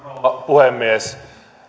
puhemies